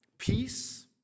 Peace